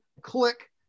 click